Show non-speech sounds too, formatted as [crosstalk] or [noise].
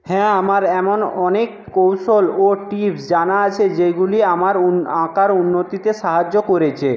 হ্যাঁ আমার এমন অনেক কৌশল ও টিপস জানা আছে যেগুলি আমার [unintelligible] আঁকার উন্নতিতে সাহায্য করেছে